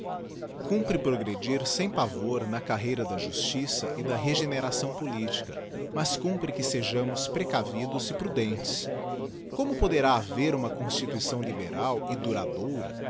cumpre progredir sem pavor na carreira da justiça e da regeneração politica mas cumpre que sejamos precavidos e prudentes como poderá haver uma constituição liberal e duradoura